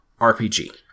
RPG